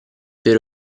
per